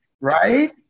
Right